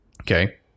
Okay